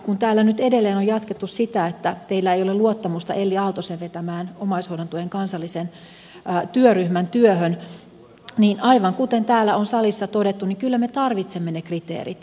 kun täällä nyt edelleen on jatkettu sitä että teillä ei ole luottamusta elli aaltosen vetämän omaishoidon tuen kansallisen työryhmän työhön niin aivan kuten täällä on salissa todettu kyllä me tarvitsemme ne kriteerit